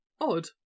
odd